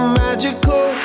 magical